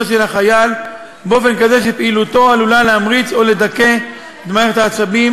של החייל באופן כזה שפעילותו עלולה להמריץ או לדכא את מערכת העצבים,